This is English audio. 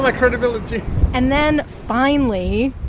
like credibility and then, finally.